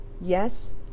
Yes